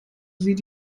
sich